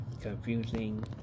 Confusing